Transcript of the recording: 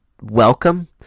welcome